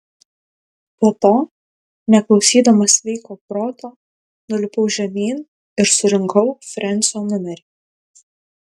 po to neklausydamas sveiko proto nulipau žemyn ir surinkau frensio numerį